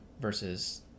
versus